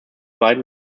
beiden